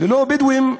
ללא הבדואים,